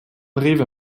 rewe